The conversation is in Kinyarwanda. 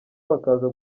bakaza